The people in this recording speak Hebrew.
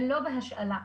ולא בהשאלה.